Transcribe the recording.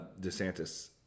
Desantis